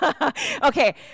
Okay